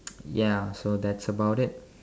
ya so that's about it